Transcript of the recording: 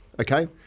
Okay